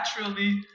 naturally